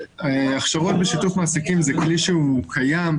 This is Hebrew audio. הכשרות בשיתוף מעסיקים זה כלי שהוא קיים,